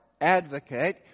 advocate